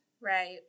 Right